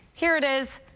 here it is.